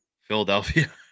Philadelphia